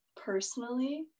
personally